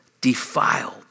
defiled